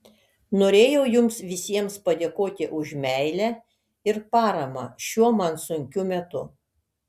norėjau jums visiems padėkoti už meilę ir paramą šiuo man sunkiu metu